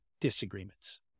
disagreements